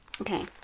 Okay